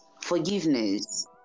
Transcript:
forgiveness